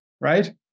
right